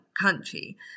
country